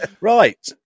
right